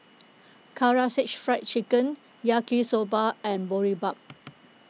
Karaage Fried Chicken Yaki Soba and Boribap